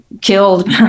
killed